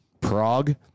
Prague